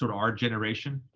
sort of our generation,